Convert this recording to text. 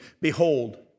Behold